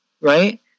right